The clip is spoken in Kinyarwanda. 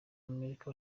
amerika